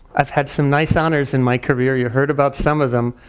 i've had some nice honors in my career, you heard about some of them.